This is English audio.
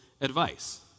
advice